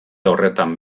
horretan